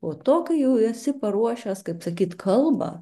po to kai jau esi paruošęs kaip sakyt kalbą